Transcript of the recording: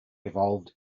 evolved